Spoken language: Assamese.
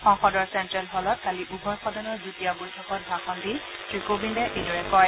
সংসদৰ চেণ্টেল হলত কালি উভয় সদনৰ যুটীয়া বৈঠকত ভাষণ দি শ্ৰীকোবিন্দে এইদৰে কয়